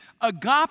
Agape